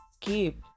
keep